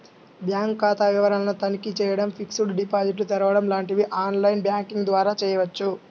bank ఖాతా వివరాలను తనిఖీ చేయడం, ఫిక్స్డ్ డిపాజిట్లు తెరవడం లాంటివి ఆన్ లైన్ బ్యాంకింగ్ ద్వారా చేయవచ్చు